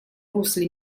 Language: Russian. русле